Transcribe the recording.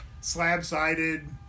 slab-sided